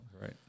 Right